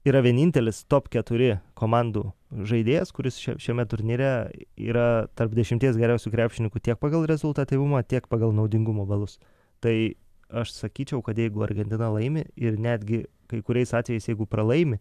yra vienintelis top keturi komandų žaidėjas kuris šiame turnyre yra tarp dešimties geriausių krepšininkų tiek pagal rezultatyvumą tiek pagal naudingumo balus tai aš sakyčiau kad jeigu argentina laimi ir netgi kai kuriais atvejais jeigu pralaimi